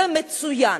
זה מצוין,